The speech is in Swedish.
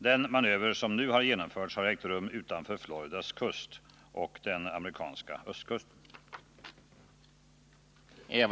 Den manöver som nu har genomförts har ägt rum utanför Floridas kust och den amerikanska östkusten.